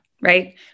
Right